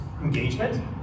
engagement